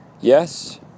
Yes